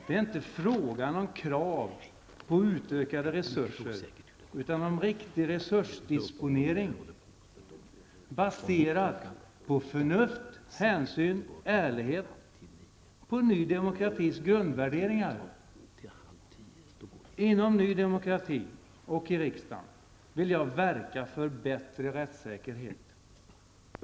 Det är inte fråga om krav på utökade resurser, utan i stället handlar det om riktig resursdisponering baserad på förnuft, hänsyn, ärlighet, dvs. på nydemokratis grundvärderingar. Inom nydemokrati och i riksdagen vill jag verka för bättre rättssäkerhet.